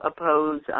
oppose